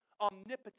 omnipotent